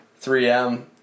3M